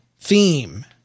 theme